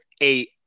eight